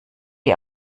wir